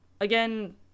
Again